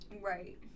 right